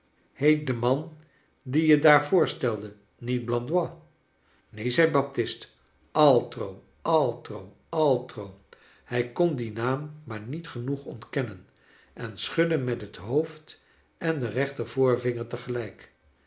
de man dien je daar voorstelde niet blandois neen zei baptist altro altro i altro hij kon dien naam maar niet genoeg ontkennen en schudde met het hoofd en den rechter